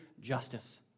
justice